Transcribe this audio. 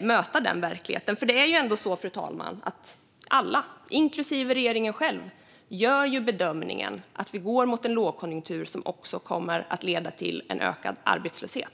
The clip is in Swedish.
möta den verkligheten? Alla, inklusive regeringen själv, gör ju ändå bedömningen att vi går mot en lågkonjunktur som också kommer att leda till en ökad arbetslöshet.